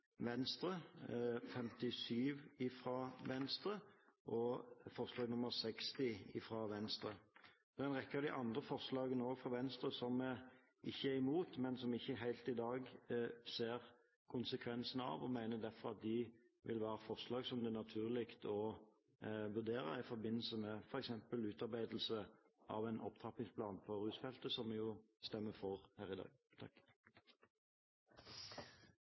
Venstre. En rekke av de andre forslagene fra Venstre er vi ikke imot, men i dag ser vi ikke helt konsekvensene av dem. Vi mener derfor at dette vil være forslag som det er naturlig å vurdere i forbindelse med f.eks. utarbeidelse av en opptrappingsplan for rusfeltet, som vi jo stemmer for her i dag.